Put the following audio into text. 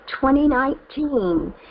2019